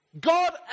God